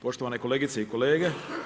Poštovane kolegice i kolege.